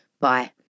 bye